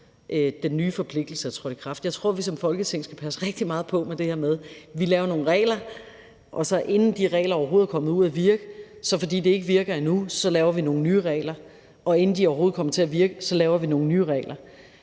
den nye forpligtelse er trådt i kraft. Kl. 11:58 Jeg tror, vi som Folketing skal passe rigtig meget på det her med, at vi laver nogle regler, og inden de regler så overhovedet er kommet ud at virke, laver vi, fordi de ikke virker endnu, nogle nye regler, og inden de overhovedet kommer til at virke, laver vi nogle nye regler.